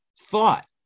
thought